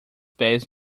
pés